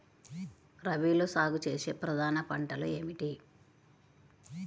రబీలో సాగు చేసే ప్రధాన పంటలు ఏమిటి?